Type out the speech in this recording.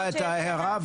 אני מקבל את ההערה.